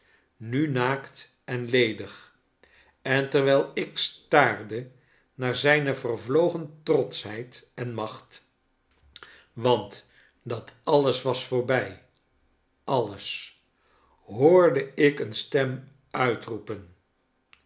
nu naakt en ledig en terwijl ik staarde naar zijne vervlogen trotschheid en macht want dat alles was voorbij alles hoorde ik eene stem uitroepen